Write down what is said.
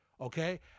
Okay